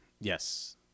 Yes